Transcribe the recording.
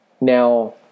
Now